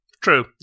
True